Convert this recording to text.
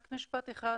רק משפט אחד,